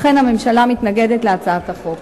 לכן, הממשלה מתנגדת להצעת החוק.